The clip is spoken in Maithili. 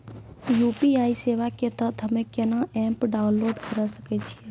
यु.पी.आई सेवा के तहत हम्मे केना एप्प डाउनलोड करे सकय छियै?